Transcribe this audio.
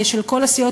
של כל הסיעות,